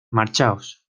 marchaos